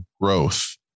growth